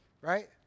Right